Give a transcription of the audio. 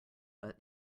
but